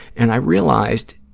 and i realized,